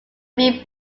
being